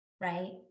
right